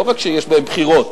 לא רק שיש בהן בחירות,